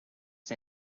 the